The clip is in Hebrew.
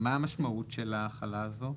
מה המשמעות של ההחלטה הזאת?